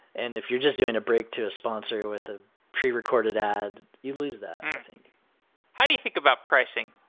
and if you're just doing a break to a sponsor with a prerecorded ad you lose that, i think how do you think about pricing?